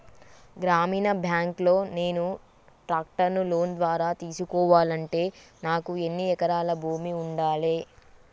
గ్రామీణ బ్యాంక్ లో నేను ట్రాక్టర్ను లోన్ ద్వారా తీసుకోవాలంటే నాకు ఎన్ని ఎకరాల భూమి ఉండాలే?